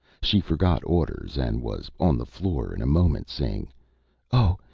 she forgot orders, and was on the floor in a moment, saying oh,